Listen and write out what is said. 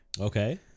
Okay